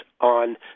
on